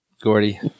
Gordy